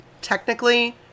technically